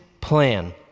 plan